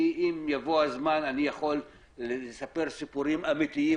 אם יהיה זמן אני יכול לספר סיפורים אמיתיים